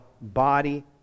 body